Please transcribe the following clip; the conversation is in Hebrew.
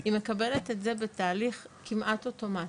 היא מקבלת את זה בתהליך כמעט אוטומטי.